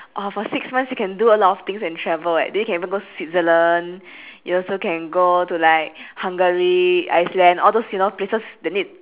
oh for six months you can do a lot of things and travel eh then you can even go switzerland you also can go to like hungary and iceland all those places you know that need